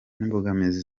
n’imbogamizi